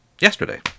yesterday